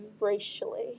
racially